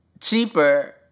cheaper